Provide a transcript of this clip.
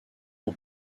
ans